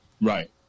Right